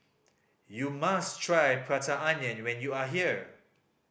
you must try Prata Onion when you are here